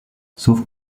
sauf